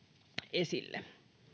esille